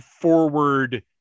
forward